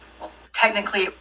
Technically